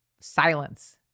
silence